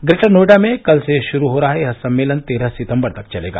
greater Noida में कल से शुरू हो रहा यह सम्मेलन तेरह सितम्बर तक चलेगा